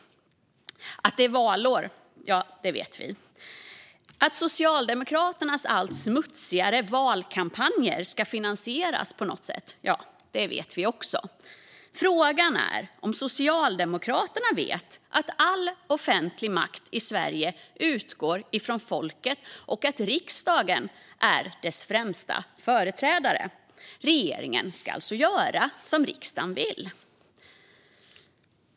Att det är valår vet vi. Att Socialdemokraternas allt smutsigare valkampanjer ska finansieras på något sätt vet vi också. Frågan är om man i Socialdemokraterna vet att all offentlig makt i Sverige utgår från folket och att riksdagen är dess främsta företrädare. Regeringen ska alltså göra som riksdagen vill.